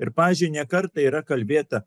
ir pavyzdžiui ne kartą yra kalbėta